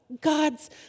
God's